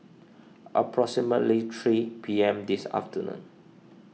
approximately three P M this afternoon